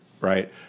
right